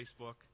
Facebook